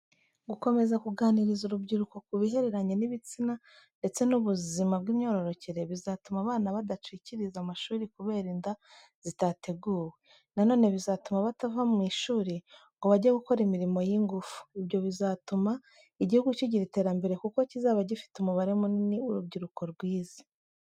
Gukomeza kuganiriza urubyiruko ku bihereranye n'ibitsina ndetse n'ubuzima bw'imyororokere, bizatuma abana badacikiriza amashuri kubera inda zitateguwe. Nanone bizatuma batava mu ishuri ngo bajye gukora imirimo y'ingufu. Ibyo bizatuma igihugu cy'igira iterambere kuko kizaba gifite umubare munini w'urubyiruko wize.